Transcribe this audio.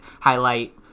highlight